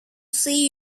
see